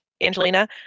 Angelina